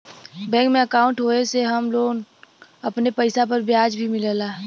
bank में अंकाउट होये से हम लोग अपने पइसा पर ब्याज भी मिलला